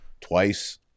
twice